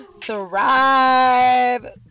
Thrive